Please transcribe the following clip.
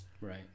Right